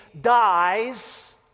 dies